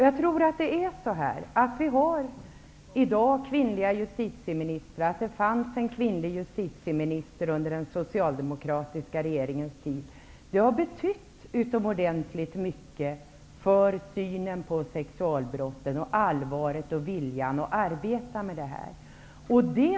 Jag tror att det faktum att vi numera har kvinnliga justitieministrar -- under den socialdemokratiska regeringens tid hade vi ju också en kvinnlig justitieminister -- har betytt utomordentligt mycket för hur vi ser på sexualbrott samt för allvaret och viljan när det gäller att arbeta med dessa frågor.